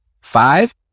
Five